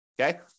okay